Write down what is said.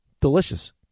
Delicious